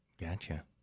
Gotcha